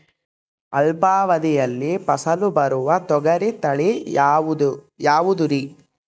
ಅಲ್ಪಾವಧಿಯಲ್ಲಿ ಫಸಲು ಬರುವ ತೊಗರಿ ತಳಿ ಯಾವುದುರಿ?